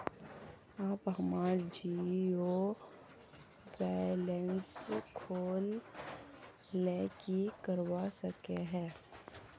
आप हमार zero balance खोल ले की करवा सके है?